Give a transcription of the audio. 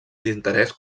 d’interès